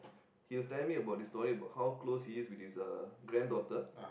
he was telling me about this story about how close he is with uh his granddaughter